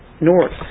north